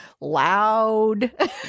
loud